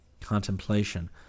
contemplation